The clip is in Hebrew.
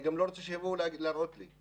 אני גם לא רוצה שיבואו להראות לי.